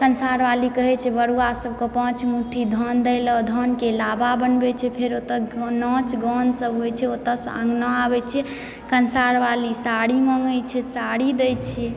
कंसार बाली कहै छै बरुआ सब कऽ पांच मुट्ठी धान दै लए धान के लाबा बनबै छै फेर ओतऽ नाच गान सब होइ छै ओतऽ सऽ अंगना आबै छियै कंसार बाली साड़ी माँगै छै साड़ी दै छियै